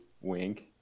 Wink